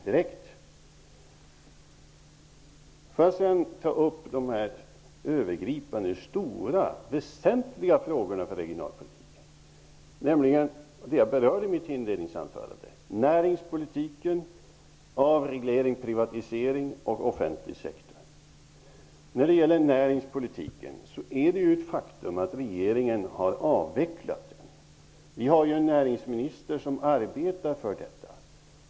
Jag vill sedan ta upp de övergripande stora och väsentliga frågorna för regionalpolitiken. Jag berörde dem i mitt inledningsanförande: Det är ett faktum att regeringen har avvecklat näringspolitiken. Vi har en näringsminister som arbetar för detta.